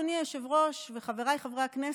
אדוני היושב-ראש וחבריי חברי הכנסת?